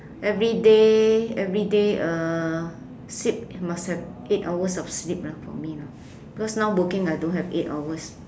everyday everyday uh sleep must have eight hours of sleep ah for me because now working I don't have eight hours